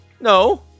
No